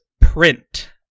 print